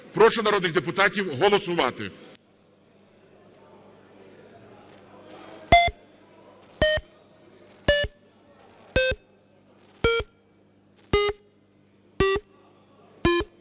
Прошу народних депутатів голосувати.